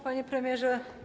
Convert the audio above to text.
Panie Premierze!